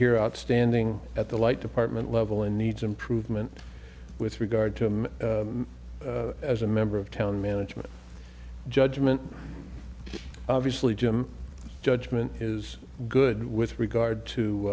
here outstanding at the light department level and needs improvement with regard to him as a member of town management judgment obviously jim judgment is good with regard to